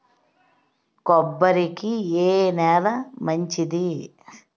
కొబ్బరి కి ఏ నేల మంచిది?